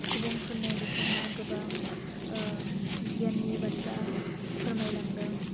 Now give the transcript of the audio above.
सुबुंफोरनो बिथाङा गोबां गियाननि बाथ्रा फोरमायलांदों